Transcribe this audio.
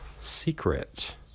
secret